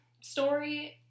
story